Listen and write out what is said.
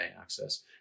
access